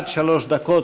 עד שלוש דקות,